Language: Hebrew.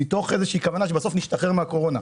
מתוך איזושהי כוונה שבסוף נשתחרר מהקורונה.